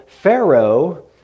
Pharaoh